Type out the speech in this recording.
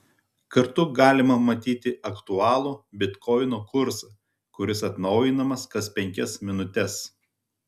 kartu galima matyti aktualų bitkoino kursą kuris atnaujinamas kas penkias minutes